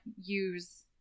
use